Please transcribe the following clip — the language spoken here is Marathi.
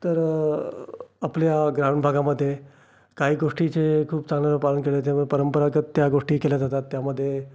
तर आपल्या ग्रामीण भागामध्ये काही गोष्टीचे खूप चांगलं पालन केले जाते व परंपरागत त्या गोष्टी केल्या जातात त्यामध्ये